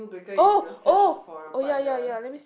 oh oh oh ya ya ya let me see